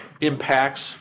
impacts